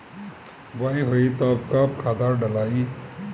बोआई होई तब कब खादार डालाई?